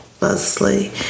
Leslie